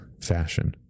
fashion